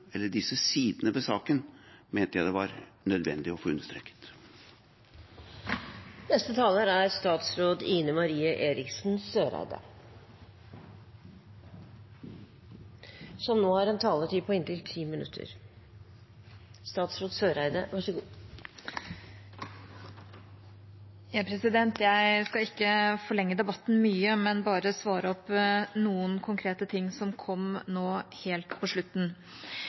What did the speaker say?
sidene ved saken mente jeg det var nødvendig å få understreket. Jeg skal ikke forlenge debatten mye, men bare svare på noen konkrete ting som kom nå helt på slutten. Det ene er at det skulle være en forutsetning for fregattenes operativitet at de har helikopter. Det er det ikke, men